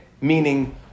meaning